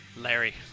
Larry